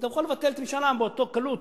היא תוכל לבטל את משאל העם באותה קלות.